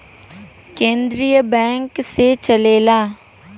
केन्द्रीय बैंक से चलेला